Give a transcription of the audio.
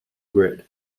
grid